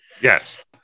Yes